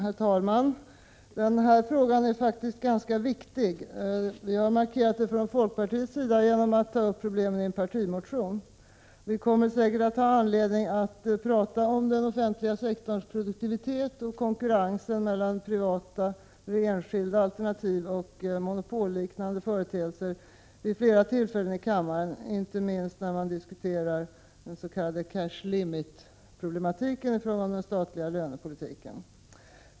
Herr talman! Denna fråga är faktiskt ganska viktig. Vi har markerat detta | från folkpartiets sida genom att ta upp problemen i en partimotion. Vi kommer säkert att ha anledning att tala om den offentliga sektorns produktivitet och konkurrensen mellan privata, enskilda, alternativ och monopolliknande företeelser vid flera tillfällen i kammaren. Det gäller inte | minst när man diskuterar den s.k. cash limit-problematiken i fråga om den statliga lönepolitiken.